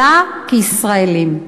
אלא כישראלים.